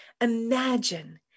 Imagine